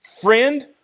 friend